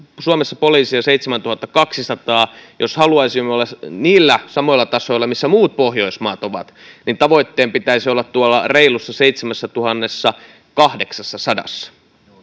suomessa poliiseja on seitsemäntuhattakaksisataa jos haluaisimme olla niillä samoilla tasoilla missä muut pohjoismaat ovat niin tavoitteen pitäisi olla reilussa seitsemässätuhannessakahdeksassasadassa